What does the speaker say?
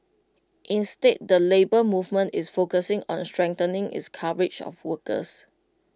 instead the Labour Movement is focusing on strengthening its coverage of workers